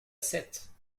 sète